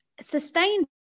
sustained